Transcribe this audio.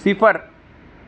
सिफर